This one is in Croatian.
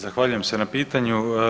Zahvaljujem se na pitanju.